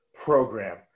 program